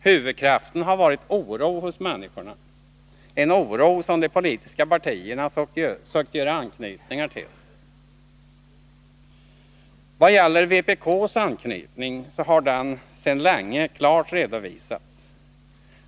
Huvudkraften har varit oro hos människorna, en oro som de politiska partierna sökt göra anknytningar till. Vpk:s anknytning har sedan länge klart redovisats.